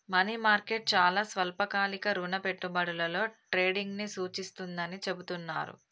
money market చాలా స్వల్పకాలిక రుణ పెట్టుబడులలో ట్రేడింగ్ను సూచిస్తుందని చెబుతున్నరు